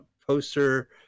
poster